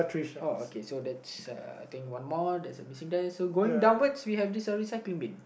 oh okay so that's uh I think one more there's a missing dye so going downwards we have this a recycling bin